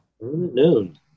noon